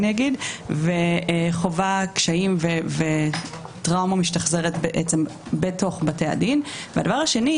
הם פתוחים וחשופים ואעביר את זה אבל התוצאה